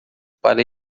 para